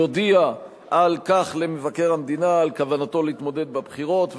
יודיע למבקר המדינה על כוונתו להתמודד בבחירות,